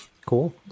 Cool